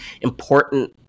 important